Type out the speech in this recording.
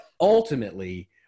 ultimately